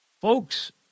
folks